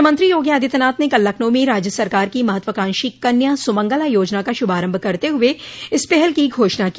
मुख्यमंत्री योगी आदित्यनाथ ने कल लखनऊ में राज्य सरकार की महत्वाकांक्षी कन्या सूमंगला योजना का शुभारम्भ करते हुए इस पहल की घोषणा की